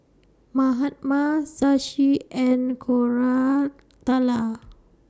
Mahatma Shashi and Koratala